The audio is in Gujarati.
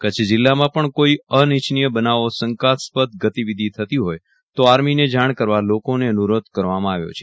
કચ્છ જિલ્લામાં પણ કોઈ અનિચ્છનીય બનાવો શંકાસ્પદ ગતિવિધિ થતી હોય તો આર્મીને જાણ કરવા લોકોને અનુરોધ કરવામાં આવ્યો છે